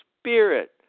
Spirit